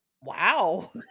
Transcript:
wow